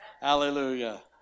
Hallelujah